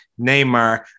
Neymar